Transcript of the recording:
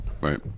Right